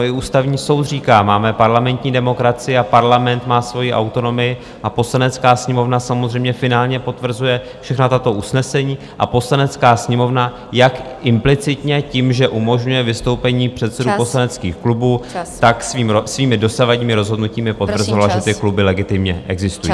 I Ústavní soud říká: máme parlamentní demokracii, Parlament má svoji autonomii, Poslanecká sněmovna samozřejmě finálně potvrzuje všechna tato usnesení a Poslanecká sněmovna jak implicitně tím, že umožňuje vystoupení předsedů poslaneckých klubů, tak svým svými dosavadními rozhodnutími potvrzovala , že ty kluby legitimně existují.